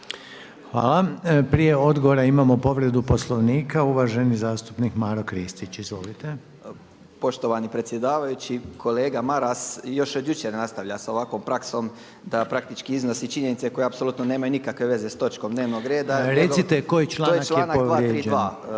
Hvala. Prije odgovora imamo povredu Poslovnika, uvaženi zastupnik Maro Kristić. Izvolite. **Kristić, Maro (MOST)** Poštovani predsjedavajući, kolega Maras još od jučer nastavlja sa ovakvom praksom da praktički iznosi činjenice koje apsolutno nemaju nikakve veze sa točkom dnevnog reda … …/Upadica Reiner: Recite koji članak je povrijeđen?/…